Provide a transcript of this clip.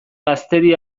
gaztedi